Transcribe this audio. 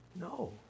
No